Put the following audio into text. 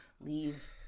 leave